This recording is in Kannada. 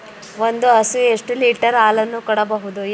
ಒಂದು ಹಸು ಎಷ್ಟು ಲೀಟರ್ ಹಾಲನ್ನು ಕೊಡಬಹುದು?